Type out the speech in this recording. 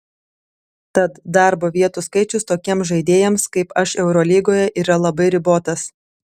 tad darbo vietų skaičius tokiems žaidėjams kaip aš eurolygoje yra labai ribotas